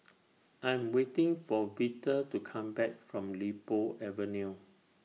I Am waiting For Vita to Come Back from Li Po Avenue